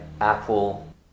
Apple